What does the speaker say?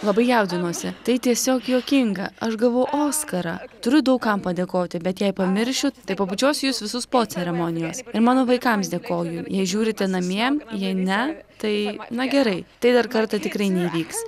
labai jaudinuosi tai tiesiog juokinga aš gavau oskarą turiu daug kam padėkoti bet jei pamiršiu tai pabučiuosiu jus visus po ceremonijos ir mano vaikams dėkoju jei žiūrite namie jei ne tai na gerai tai dar kartą tikrai neįvyks